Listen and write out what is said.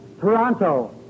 Toronto